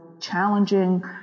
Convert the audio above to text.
challenging